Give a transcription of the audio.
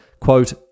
quote